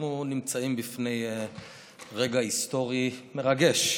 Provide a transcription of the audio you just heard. אנחנו נמצאים בפני רגע היסטורי מרגש,